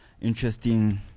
interesting